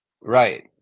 Right